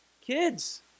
kids